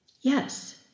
Yes